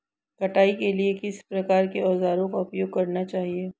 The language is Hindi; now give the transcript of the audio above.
कटाई के लिए किस प्रकार के औज़ारों का उपयोग करना चाहिए?